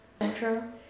intro